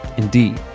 and d.